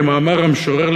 כמאמר המשורר,